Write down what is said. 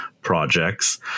projects